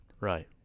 Right